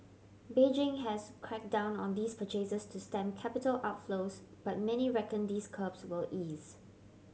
Beijing has crack down on these purchases to stem capital outflows but many reckon these curbs will ease